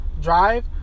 drive